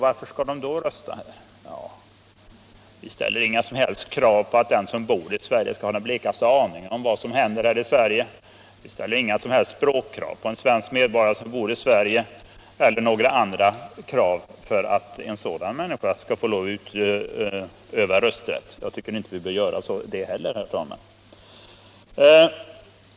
Varför skall de då rösta? Vi ställer inga som helst krav på att den som bor i Sverige skall ha den blekaste aning om vad som händer här. Vi ställer inga som helst språkkrav på en svensk medborgare som bor i Sverige, eller några andra krav, för att en sådan människa skall få lov att utöva rösträtt. Jag tycker inte att vi bör göra det nu heller, herr talman.